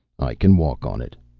i can walk on it,